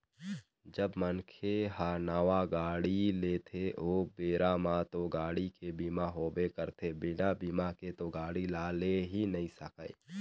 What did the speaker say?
जब मनखे ह नावा गाड़ी लेथे ओ बेरा म तो गाड़ी के बीमा होबे करथे बिना बीमा के तो गाड़ी ल ले ही नइ सकय